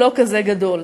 הוא לא כזה גדול.